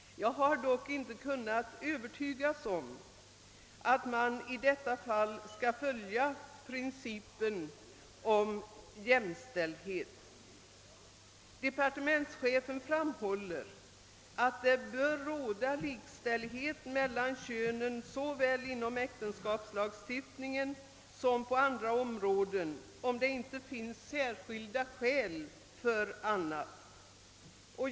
Jag har dock inte kunnat övertygas om att man i detta fall skall följa principen om jämställdhet. Departementschefen framhåller att det bör råda likställighet mellan könen i äktenskapslagstiftningen liksom på andra lagstiftningsområden, om det inte finns särskilda skäl för annat.